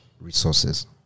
resources